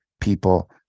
people